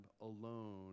alone